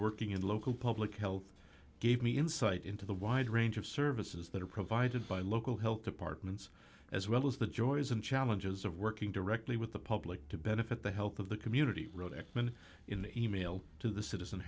working in local public health gave me insight into the wide range of services that are provided by local health departments as well as the joys and challenges of working directly with the public to benefit the health of the community wrote ekman in the email to the citizen